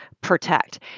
protect